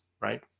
right